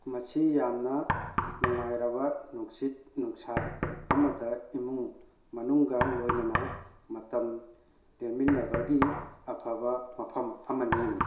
ꯃꯁꯤ ꯌꯥꯝꯅ ꯅꯨꯡꯉꯥꯏꯔꯕ ꯅꯨꯡꯁꯤꯠ ꯅꯨꯡꯁꯥ ꯑꯃꯗ ꯏꯃꯨꯡ ꯃꯅꯨꯡꯒ ꯂꯣꯏꯅꯅ ꯃꯇꯝ ꯂꯦꯟꯃꯤꯟꯅꯕꯒꯤ ꯑꯐꯕ ꯃꯐꯝ ꯑꯃꯅꯤ